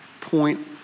point